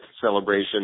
celebration